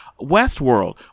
westworld